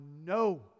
no